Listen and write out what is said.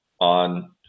on